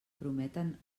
prometen